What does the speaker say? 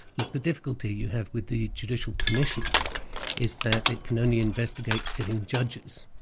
look, the difficulty you have with the judicial commission is that it can only investigate sitting judges,